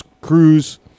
Cruz